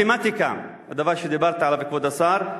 מתמטיקה, הדבר שדיברת עליו, כבוד השר,